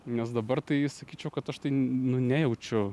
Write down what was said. nes dabar tai sakyčiau kad aš tai nu nejaučiu